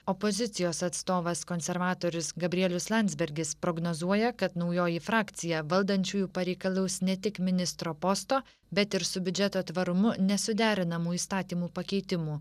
opozicijos atstovas konservatorius gabrielius landsbergis prognozuoja kad naujoji frakcija valdančiųjų pareikalaus ne tik ministro posto bet ir su biudžeto tvarumu nesuderinamų įstatymų pakeitimų